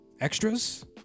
extras